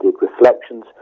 reflections